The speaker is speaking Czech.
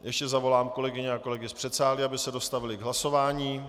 Ještě zavolám kolegyně a kolegy z předsálí, aby se dostavili k hlasování.